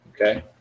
Okay